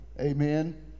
Amen